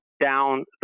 down